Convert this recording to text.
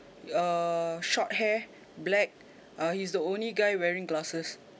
err short hair black uh he's the only guy wearing glasses